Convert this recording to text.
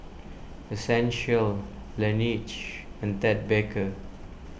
Essential Laneige and Ted Baker